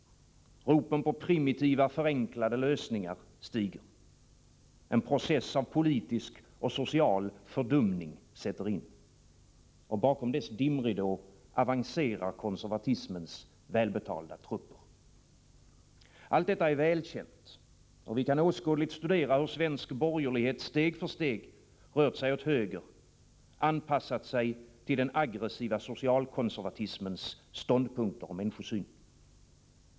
Ropen på primitiva, förenklade lösningar stiger. En process av politisk och social fördumning sätter in. Och bakom dess dimridå avancerar konservatismens välbetalda trupper. Allt detta är välkänt. Vi kan åskådligt studera hur svensk borgerlighet steg för steg rört sig åt höger, anpassat sig till den aggressiva socialkonservatismens ståndpunkter och människosyn.